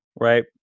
right